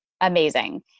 amazing